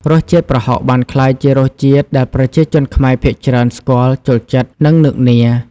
រសជាតិប្រហុកបានក្លាយជារសជាតិដែលប្រជាជនខ្មែរភាគច្រើនស្គាល់ ចូលចិត្ត និងនឹកនា។